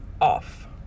off